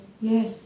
Yes